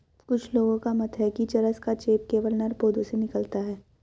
कुछ लोगों का मत है कि चरस का चेप केवल नर पौधों से निकलता है